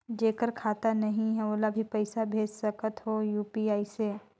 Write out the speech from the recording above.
जेकर खाता नहीं है ओला भी पइसा भेज सकत हो यू.पी.आई से?